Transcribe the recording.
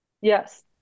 yes